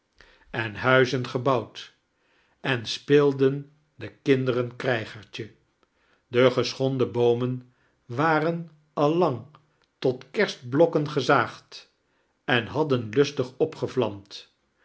en huizen gebouwd en speelden de kinderen krijgertje de gaschonden boomen waren al lang tot kerstblokken gezaagd en haddien lusitig opgevlamd